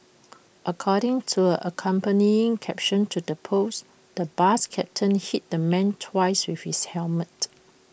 according to an accompanying caption to the post the bus captain hit the man twice with his helmet